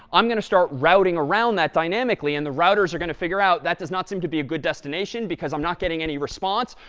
i'm going to start routing around that, dynamically, and the routers are going to figure out, that does not seem to be a good destination because i'm not getting any response,